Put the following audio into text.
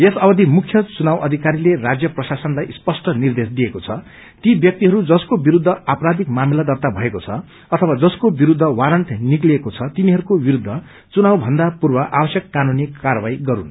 यस अवधि मुख्य चुनाव अधिकरीले राज्य प्रशासनलाई स्पष्ट निर्देश दिएको छ कि ती व्याक्तिहरू जसको विरूद्ध आपराधिक मामिला दर्ता भएको छ अथवा जसको विरूद्ध वारण्ट निक्लिएको छ तिनीहरूको विरूद्ध चुनावभन्दा पूर्व आवश्यक कानूनी कार्वाही गरून्